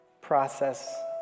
process